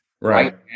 right